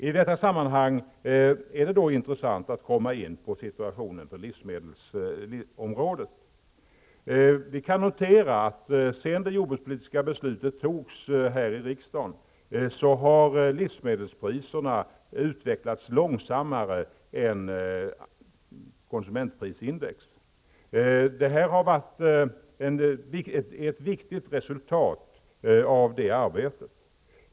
I detta sammanhang är det intressant att komma in på situationen på livsmedelsområdet. Sedan det jordbrukspolitiska beslutet fattades här i riksdagen har livsmedelspriserna utvecklats långsammare än konsumentprisindex. Det har varit ett viktigt resultat av det arbetet.